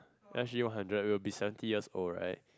S_G one hundred we will be seventy years old right